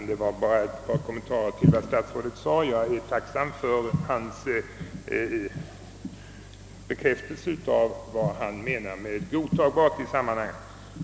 Herr talman! Bara ett par kommentarer till vad statsrådet sade senast! Jag noterar statsrådets förklaring av vad han i detta sammanhang menar med »godtagbart».